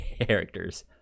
characters